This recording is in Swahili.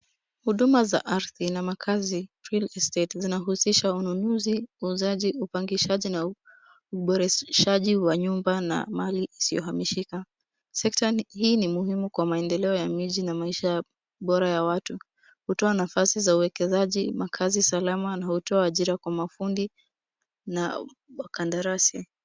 Huduma za ardhi na makazi real estate zinahusisha ununuzi, uuzaji, upangishaji na uboreshaji wa nyumba na mali isiyohamishika. Sekta hii ni muhimu kwa maendeleo ya miji na maisha bora ya watu. Hutoa nafasi za uwekezaji, makazi salama na hutoa ajira kwa mafundi na wakandarasi.